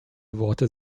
worte